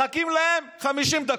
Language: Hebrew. מחכים להם 50 דקות.